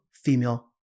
female